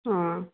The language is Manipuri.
ꯑꯥ